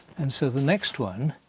and so the next one,